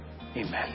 Amen